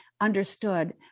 understood